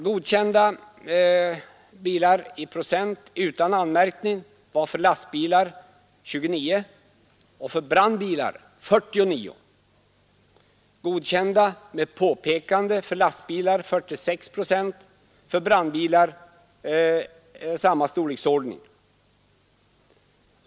Godkända bilar i procent utan anmärkning: lastbilar 29 och brandbilar 49 procent, godkända med påpekande: lastbilar 46, brandbilar 46 procent.